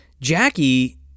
Jackie